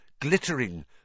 glittering